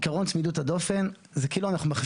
כשהצד השווה של כולם זה שב